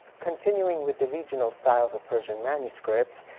continuing with the regional styles of persian manuscripts,